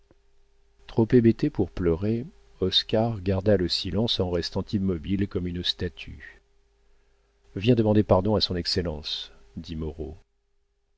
trop hébété pour pleurer oscar garda le silence en restant immobile comme une statue viens demander pardon à son excellence dit